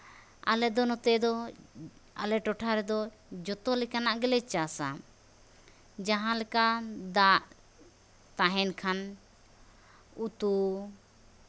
ᱟᱞᱮ ᱫᱚ ᱱᱚᱛᱮ ᱫᱚ ᱟᱞᱮ ᱴᱚᱴᱷᱟ ᱨᱮᱫᱚ ᱡᱚᱛᱚ ᱞᱮᱠᱟᱱᱜ ᱜᱮᱞᱮ ᱪᱟᱥᱟ ᱡᱟᱦᱟᱸ ᱞᱮᱠᱟᱱ ᱫᱟᱜ ᱛᱟᱦᱮᱱ ᱠᱷᱟᱱ ᱩᱛᱩ